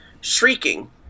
shrieking